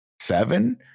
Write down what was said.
seven